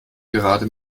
gerade